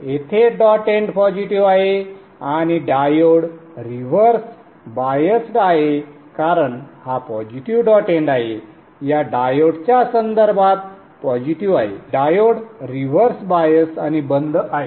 येथे dot end positive आहे आणि डायोड रिव्हर्स बायस्ड आहे कारण हा पॉझिटिव्ह डॉट एंड आहे या डायोडच्या संदर्भात पॉझिटिव्ह आहे आणि डायोड रिव्हर्स बायस्ड आणि बंद आहे